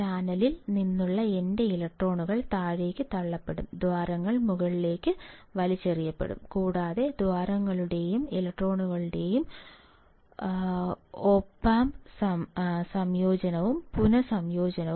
ചാനലിൽ നിന്നുള്ള എന്റെ ഇലക്ട്രോണുകൾ താഴേക്ക് തള്ളപ്പെടും ദ്വാരങ്ങൾ മുകളിലേക്ക് വലിച്ചെറിയപ്പെടും കൂടാതെ ദ്വാരങ്ങളുടെയും ഇലക്ട്രോണുകളുടെയും പുന omb സംയോജനവും ആത്യന്തികമായി